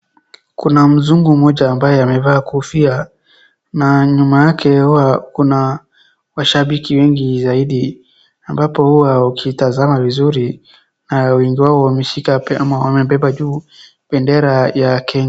Kuna mzungu mmoja ambaye amevaa kofia na nyuma yake huwa kuna washabiki wengi zaidi ambapo huwa wakitazama vizuri na wengi wao wameshika ama wamebeba juu bendera ya Kenya.